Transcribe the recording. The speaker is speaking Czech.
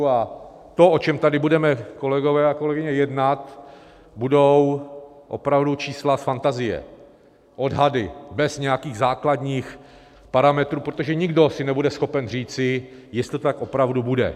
A to, o čem tady budeme, kolegové a kolegyně, jednat, budou opravdu čísla z fantazie, odhady bez nějakých základních parametrů, protože nikdo asi nebude schopen říci, jestli to tak opravdu bude.